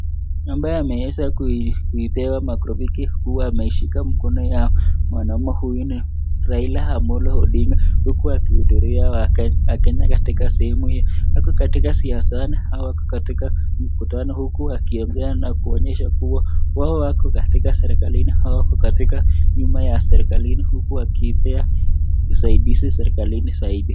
Mtu ambaye amweza ku kuipewa makrofiki, huu ameishika mikono ya mwanaume huu ni Raila Amollo Ondinga huku akidhuria wakenya katika sehemu ya, wako katika siasani au wako katika mkutano huku wakiongea na kuonyesha kuwa wao wako katika serikalini hawako katika nyuma ya serikalini huku wakiipea usaidizi serekalini zaidi.